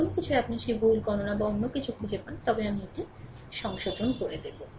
যে কোনও কিছুই আপনি সেই ভুল গণনা বা অন্য কিছু খুঁজে পান তবে আমি এটি সংশোধন করব